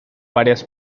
varias